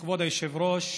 כבוד היושב-ראש,